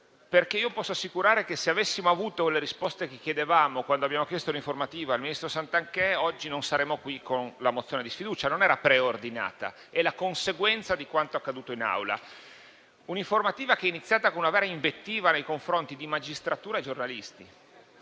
Posso assicurare che, se avessimo avuto le risposte che chiedevamo quando abbiamo chiesto un'informativa al ministro Santanchè, oggi non saremmo qui con una mozione di sfiducia, che non era preordinata, bensì è la conseguenza di quanto accaduto in Aula. Un'informativa che è iniziata con una vera invettiva nei confronti di magistratura e giornalisti.